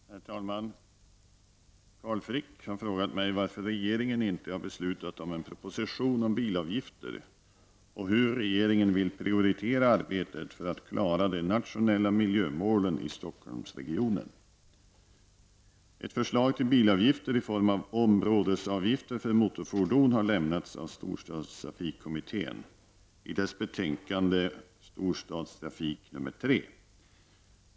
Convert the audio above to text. Herr talman! Carl Frick har frågat mig varför regeringen inte har beslutat om en proposition om bilavgifter och hur regeringen vill prioritera arbetet för att klara de nationella miljömålen i Ett förslag till bilavgifter i form av områdesavgifter för motorfordon har lämnats av Storstadstrafikkommittén i dess betänkande Storstadstrafik 3.